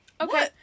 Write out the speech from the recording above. Okay